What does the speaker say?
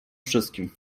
wszystkim